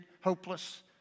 hopeless